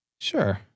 Sure